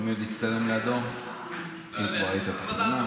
מי עוד הצטלם לידו, אם כבר ראית את התמונה?